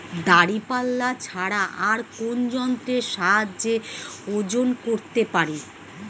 দাঁড়িপাল্লা ছাড়া আর কোন যন্ত্রের সাহায্যে ওজন করতে পারি?